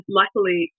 luckily